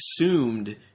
assumed